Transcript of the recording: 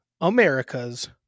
america's